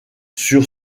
sur